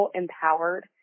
empowered